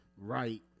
right